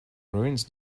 ruins